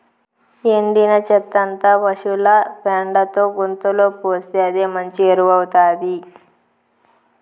ఎండిన చెత్తంతా పశుల పెండతో గుంతలో పోస్తే అదే మంచి ఎరువౌతాది